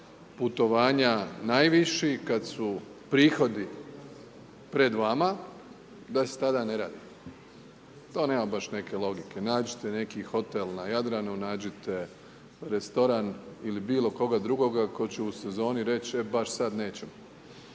putovanja najviši, kad su prihodi pred vama da se tada ne radi. To nema baš neke logike. Nađite neki hotel na Jadranu, nađite restoran ili bilo koga drugoga tko će u sezoni reći e baš sad neću.